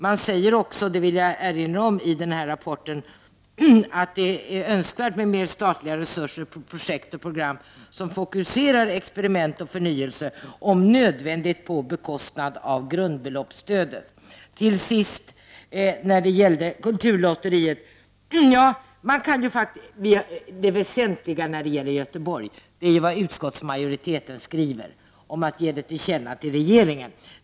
Jag vill erinra om att man också i rapporten säger att det är önskvärt med mer statliga resurser till projekt och program som fokuserar experiment och förnyelse, om nödvändigt på bekostnad av grundbeloppsstödet. Till sist när det gällde kulturlotteriet: Det väsentliga när det gäller Göteborg är vad utskottsmajoriteten skriver om att ge det till känna till regeringen.